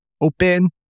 open